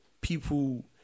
people